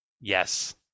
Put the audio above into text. Yes